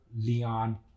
Leon